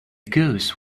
goose